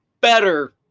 better